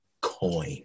coin